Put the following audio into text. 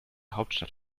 hauptstadt